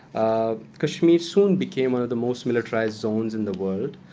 kashmir soon became one of the most militarized zones in the world,